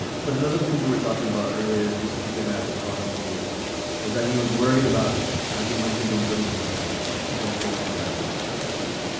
but another thing we were talking about earlier, and this is something that was bothering jason was that he was worried about how he might have been bringing baggage, his own personal baggage into the workplace.